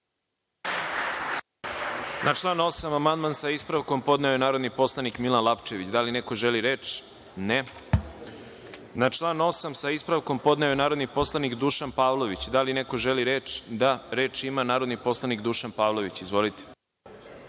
Na član 8. amandman, sa ispravkom, podneo je narodni poslanik Milan Lapčević. Da li neko želi reč? (Ne)Na član 8, sa ispravkom, podneo je narodni poslanik Dušan Pavlović. Da li neko želi reč? (Da)Reč ima narodni poslanik Dušan Pavlović. Izvolite.